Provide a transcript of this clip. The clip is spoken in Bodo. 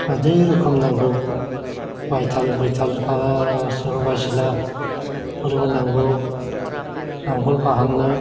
बायदि रोखोम नांगौ बायथाल बुइथाल गासिबो बायसिला फोरबो नांगौ नांगोल फाहामनो